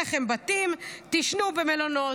אם אין לכם בתים, תישנו במלונות.